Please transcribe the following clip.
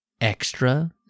extra